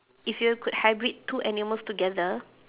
if you could hybrid two animals together